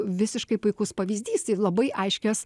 visiškai puikus pavyzdys ir labai aiškias